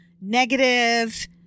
negative